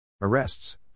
Arrests